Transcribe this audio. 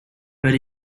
but